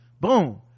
Boom